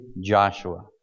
Joshua